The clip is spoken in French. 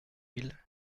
mille